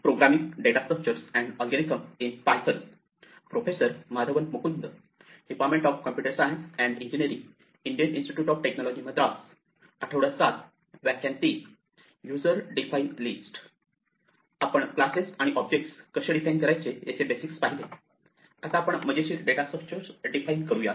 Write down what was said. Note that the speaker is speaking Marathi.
आपण क्लासेस आणि ऑब्जेक्ट्स कसे डिफाइन करायचे याचे बेसिक्स पाहिले आता आपण मजेशीर डेटा स्ट्रक्चर डिफाइन करूया